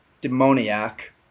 Demoniac